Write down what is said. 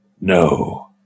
No